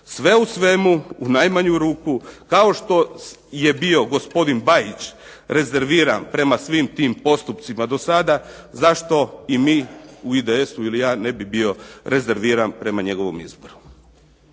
Sve u svemu, u najmanju ruku, kao što je bio gospodin Bajić rezerviran prema svim tim postupcima dosada zašto i mi u IDS-u ili ja ne bi bio rezerviran prema njegovom izboru.